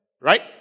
Right